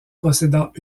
possédant